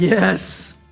Yes